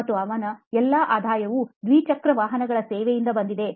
ಮತ್ತು ಅವನ ಎಲ್ಲಾ ಆದಾಯವು ದ್ವಿಚಕ್ರ ವಾಹನಗಳ ಸೇವೆಯಿಂದ ಬಂದಿದೆ